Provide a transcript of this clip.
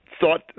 thought